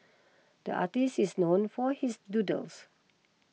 the artist is known for his doodles